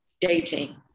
dating